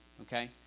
Okay